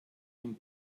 dem